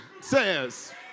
says